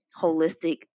holistic